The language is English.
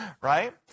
right